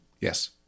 yes